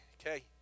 Okay